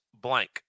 blank